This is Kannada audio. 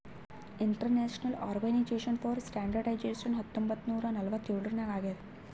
ಇಂಟರ್ನ್ಯಾಷನಲ್ ಆರ್ಗನೈಜೇಷನ್ ಫಾರ್ ಸ್ಟ್ಯಾಂಡರ್ಡ್ಐಜೇಷನ್ ಹತ್ತೊಂಬತ್ ನೂರಾ ನಲ್ವತ್ತ್ ಎಳುರ್ನಾಗ್ ಆಗ್ಯಾದ್